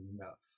enough